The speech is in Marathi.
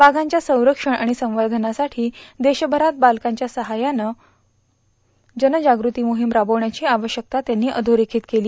वायांच्या संरक्षण आणि संवर्षनासाठी देशभरात बालकांच्या सझय्यानं जनजागृती मोहीम राबविण्याची आवश्यकता त्यांनी अधोरेखित केली